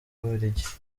bubiligi